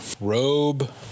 robe